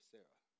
Sarah